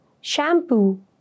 Shampoo